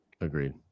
Agreed